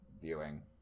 viewing